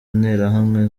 nterahamwe